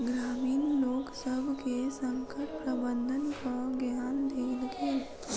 ग्रामीण लोकसभ के संकट प्रबंधनक ज्ञान देल गेल